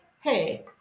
hey